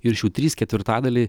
ir iš jų trys ketvirtadaliai